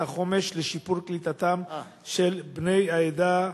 החומש לשיפור קליטתם של בני העדה,